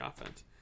offense